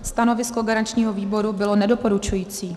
Stanovisko garančního výboru bylo nedoporučující.